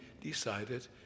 decided